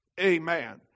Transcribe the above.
Amen